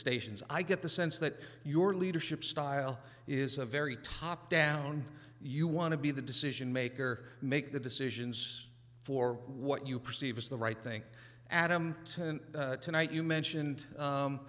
stations i get the sense that your leadership style is a very top down you want to be the decision maker make the decisions for what you perceive is the right thing adam tonight you mentioned